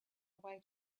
away